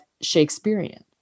Shakespearean